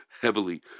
heavily